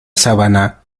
sábana